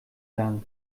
dank